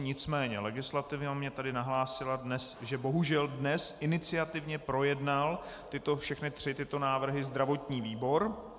Nicméně legislativa mi tady nahlásila, že bohužel dnes iniciativně projednal všechny tři tyto návrhy zdravotní výbor.